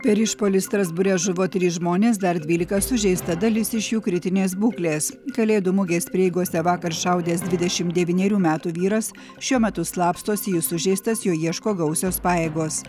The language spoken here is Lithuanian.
per išpuolį strasbūre žuvo trys žmonės dar dvylika sužeista dalis iš jų kritinės būklės kalėdų mugės prieigose vakar šaudęs dvidešim devynerių metų vyras šiuo metu slapstosi jis sužeistas jo ieško gausios pajėgos